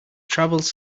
travels